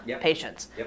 patients